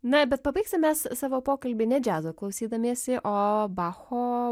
na bet pabaigsim mes savo pokalbį ne džiazo klausydamiesi o bacho